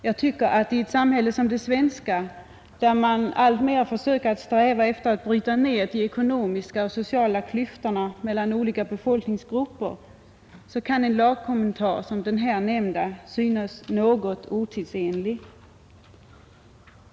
I ett samhälle som det svenska, där man alltmer strävar efter att bryta ner ekonomiska och sociala klyftor mellan olika befolkningsgrupper, kan en lagkommentar som den nyss nämnda synas något otidsenlig.